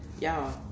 Y'all